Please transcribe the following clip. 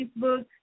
Facebook